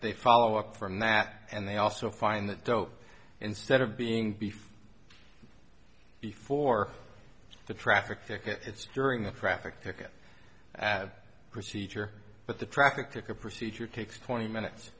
they follow up from that and they also find that dope instead of being beef before the traffic tickets during the traffic ticket procedure but the traffic ticket procedure takes twenty minutes